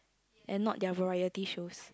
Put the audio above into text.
and not their variety shows